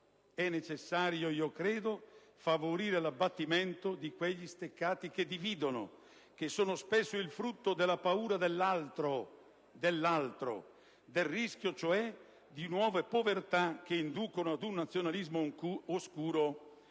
È necessario - io credo - favorire l'abbattimento di quegli steccati che dividono, che sono spesso il frutto della paura dell'altro, del rischio cioè di nuove povertà che inducono ad un nazionalismo oscuro